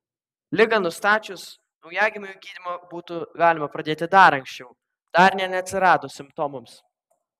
ligą nustačius naujagimiui gydymą būtų galima pradėti dar anksčiau dar nė neatsiradus simptomams